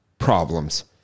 Problems